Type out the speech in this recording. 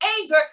anger